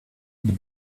the